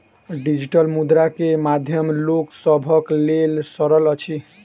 digital मुद्रा के माध्यम लोक सभक लेल सरल अछि